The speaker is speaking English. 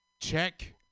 check